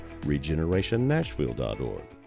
regenerationnashville.org